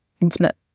intimate